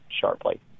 sharply